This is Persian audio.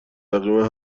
تقریبا